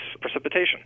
precipitation